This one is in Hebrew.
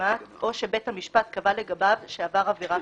המשמעת או שבית המשפט קבע לגביו שעבר עבירה